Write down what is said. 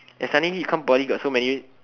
then suddenly come poly got so many